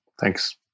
thanks